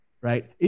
right